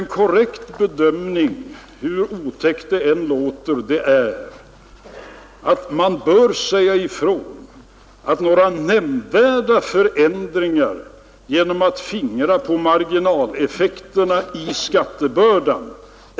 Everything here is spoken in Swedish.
Jag tror att det, hur otäckt det än kan låta, är en korrekt bedömning att här säga ifrån att det inte är möjligt att göra några nämnvärda förändringar genom att fingra på marginaleffekterna i skattebördan.